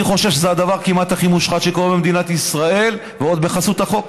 אני חושב שזה הדבר כמעט הכי מושחת שקורה במדינת ישראל ועוד בחסות החוק.